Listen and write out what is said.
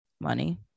Money